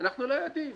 אנחנו לא יודעים.